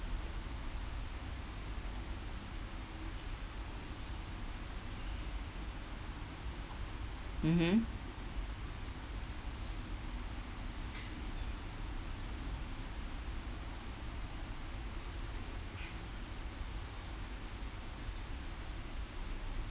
mmhmm